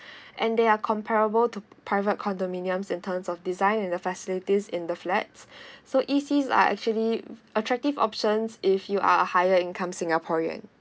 and they are comparable to private condominiums in terms of design and the facilities in the flats so easy are actually attractive options if you are a higher income singaporean